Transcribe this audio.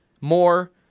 more